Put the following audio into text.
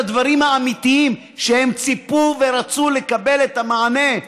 בדברים האמיתיים שהם ציפו ורצו לקבל בהם את המענה,